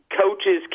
coaches